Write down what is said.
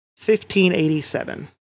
1587